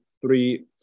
three